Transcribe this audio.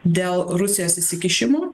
dėl rusijos įsikišimų